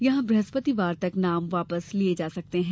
यहां ब्रहस्पतिवार तक नाम वापस लिए जा सकते हैं